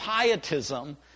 pietism